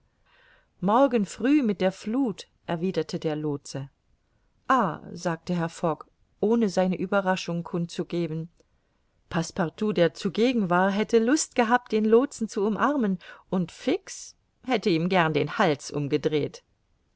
morgen früh mit der fluth erwiderte der lootse ah sagte herr fogg ohne seine ueberraschung kund zu geben passepartout der zugegen war hätte luft gehabt den lootsen zu umarmen und fix hätte ihm gern den hals umgedreht